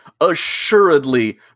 assuredly